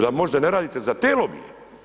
Da možda ne radite za te lobije?